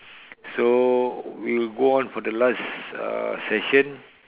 so we'll go on for the last uh session